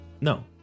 No